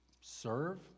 serve